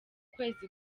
kwezi